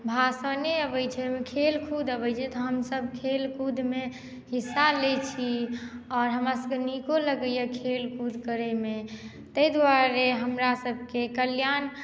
भाषणे अबैत छै खेलकूद अबैत छै तऽ हमसभ खेलकूदमे हिस्सा लैत छी आओर हमरासभकेँ नीको लगैए खेलकूद करैमे ताहि दुआरे हमरासभके कल्याण